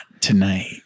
tonight